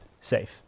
safe